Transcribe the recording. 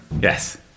Yes